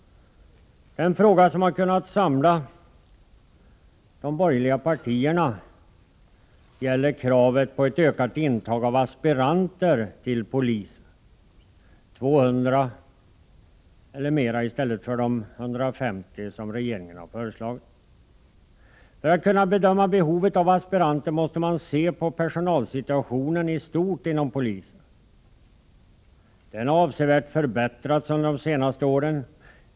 Den fråga som har kunnat samla de borgerliga partierna gäller kravet på ett ökat intag av aspiranter till polisen. Man föreslår 200, i stället för 150 som regeringen har föreslagit. För att kunna bedöma behovet av aspiranter måste man se på personalsituationen i stort inom polisen. Personalsituationen har avsevärt förbättrats under de senaste åren.